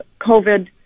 COVID